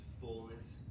fullness